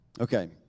Okay